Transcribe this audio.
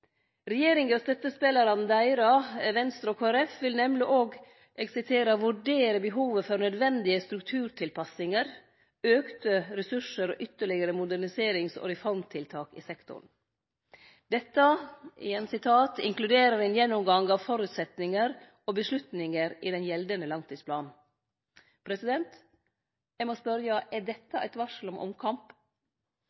Regjeringa og støttespelarane deira, Venstre og Kristeleg Folkeparti, vil nemleg òg « vurdere behovet for nødvendige strukturtilpasninger, økte ressurser og ytterligere moderniserings- og reformtiltak i sektoren ». Dette « inkluderer en gjennomgang av forutsetninger og beslutningsunderlag i den gjeldende langtidsplanen». Eg må spørje: Er dette